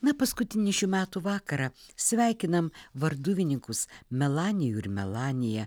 na paskutinį šių metų vakarą sveikinam varduvininkus melanijų ir melaniją